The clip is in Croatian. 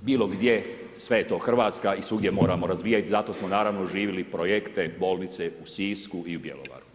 bilo gdje, sve je to Hrvatska i svugdje moramo razvijati i zato smo naravno oživjeli projekte, bolnice, u Sisku i u Bjelovaru.